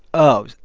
oh,